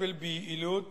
ולטפל ביעילות